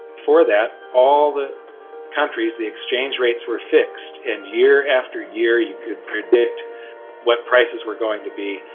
for that, all the countries, the exchange rates were fixed and year after year you could predict what prices were going to be.